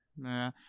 Nah